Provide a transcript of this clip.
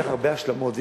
וצריך הרבה השלמות,